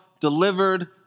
delivered